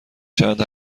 چند